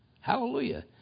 Hallelujah